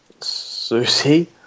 Susie